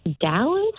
Dallas